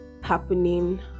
happening